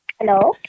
Hello